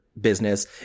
business